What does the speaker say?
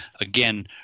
Again